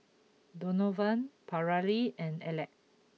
Donovan Paralee and Alek